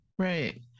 Right